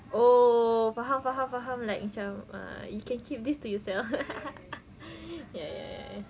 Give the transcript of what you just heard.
oh faham faham faham like macam uh you can keep this to yourself ya ya ya ya